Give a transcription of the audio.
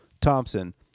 Thompson